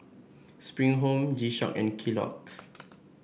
Spring Home G Shock and Kellogg's